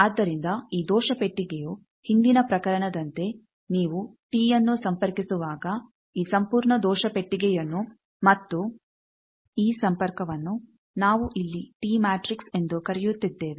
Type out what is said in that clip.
ಆದ್ದರಿಂದ ಈ ದೋಷ ಪೆಟ್ಟಿಗೆಯು ಹಿಂದಿನ ಪ್ರಕರಣದಂತೆ ನೀವು ಟಿಅನ್ನು ಸಂಪರ್ಕಿಸುವಾಗ ಈ ಸಂಪೂರ್ಣ ದೋಷ ಪೆಟ್ಟಿಗೆಯನ್ನು ಮತ್ತು ಈ ಸಂಪರ್ಕವನ್ನು ನಾವು ಇಲ್ಲಿ ಟಿ ಮ್ಯಾಟ್ರಿಕ್ಸ್ ಎಂದು ಕರೆಯುತ್ತಿದ್ದೇವೆ